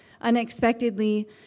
unexpectedly